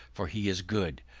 for he is good,